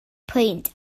pwynt